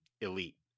elite